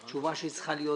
התשובה שצריכה להיות